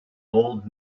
old